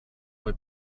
poi